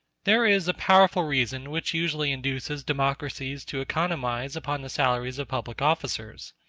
there is a powerful reason which usually induces democracies to economize upon the salaries of public officers.